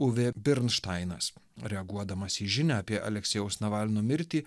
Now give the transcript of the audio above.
uvė birnštainas reaguodamas į žinią apie aleksejaus navalno mirtį